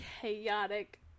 chaotic